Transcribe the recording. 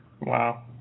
Wow